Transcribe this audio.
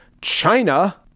China